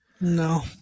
No